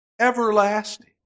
Everlasting